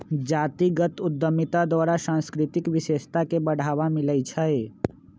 जातीगत उद्यमिता द्वारा सांस्कृतिक विशेषता के बढ़ाबा मिलइ छइ